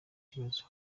bibazo